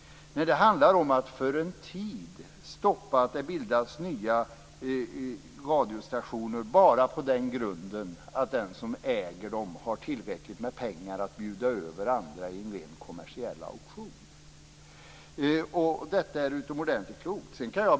Nej, det handlar om att för en tid stoppa att det bildas nya radiostationer bara på den grunden att den som äger dem har tillräckligt med pengar för att bjuda över andra i en ren kommersiell auktion. Detta är utomordentligt klokt.